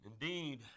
Indeed